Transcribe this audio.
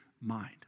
mind